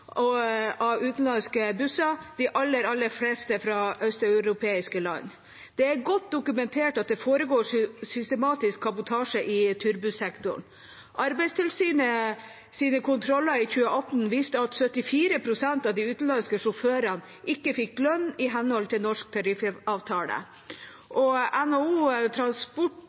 utenlandske busser. De aller fleste kommer fra østeuropeiske land. Det er godt dokumentert at det foregår systematisk kabotasje i turbussektoren. Arbeidstilsynets kontroller i 2018 viste at 74 pst. av de utenlandske sjåførene ikke fikk lønn i henhold til norske tariffavtaler. NHO Transport